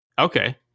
Okay